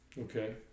Okay